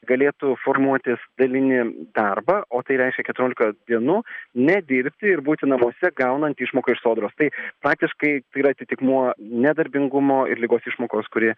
galėtų formuotis dalinį darbą o tai reiškia keturiolika dienų nedirbti ir būti namuose gaunant išmoką iš sodros tai faktiškai tai yra atitikmuo nedarbingumo ir ligos išmokos kuri